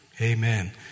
Amen